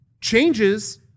changes –